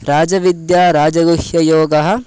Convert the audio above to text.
राजविद्या राजगुह्ययोगः